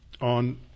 on